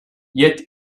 yet